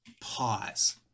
Pause